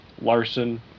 Larson